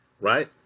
right